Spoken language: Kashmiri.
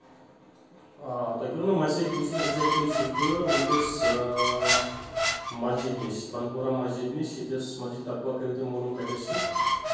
آ تۄہہِ کٔرو نہٕ میسیج بہٕ چھُس اؠکزیکٹلی چھُس بہٕ وٕنکیٚس مَسجِد نِش بَنپوٗرا مَسجِد نِش ییٚتِس مَسجِد تَکوا کٔرِو تُہۍ مٲلوٗم کتؠس چھِ